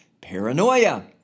paranoia